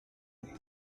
être